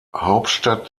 hauptstadt